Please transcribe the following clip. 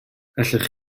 allech